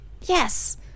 Yes